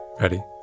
ready